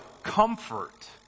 Comfort